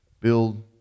build